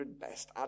best